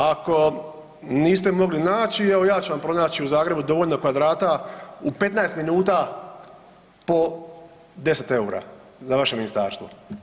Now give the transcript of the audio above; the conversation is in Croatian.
Ako niste mogli naći evo ja ću vam pronaći u Zagrebu dovoljno kvadrata u 15 minuta po 10 EUR-a za vaše ministarstvo.